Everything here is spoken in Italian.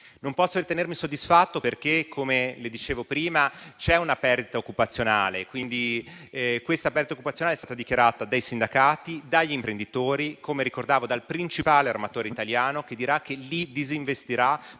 Non posso ritenermi soddisfatto perché, come le dicevo prima, c'è una perdita occupazionale. Questa è stata dichiarata dai sindacati, dagli imprenditori, dal principale armatore italiano, che dirà che lì disinvestirà